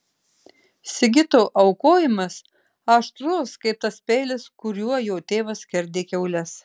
sigito aukojimas aštrus kaip tas peilis kuriuo jo tėvas skerdė kiaules